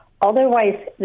Otherwise